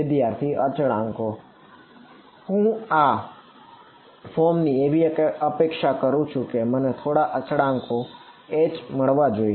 વિદ્યાર્થી અચળાંકો હું આ ફોર્મ થી એવી અપેક્ષા રાખું છું કે મને થોડા અચળાંકો અને H મળવા જોઈએ